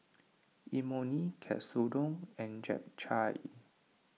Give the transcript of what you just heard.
Imoni Katsudon and Japchae